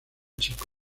chico